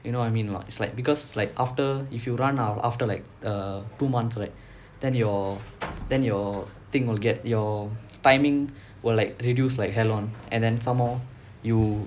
you know what I mean or not it's like because like after if you run ah after like err two month right then your then your thing we'll get your timing will like reduce like hell [one] and then some more you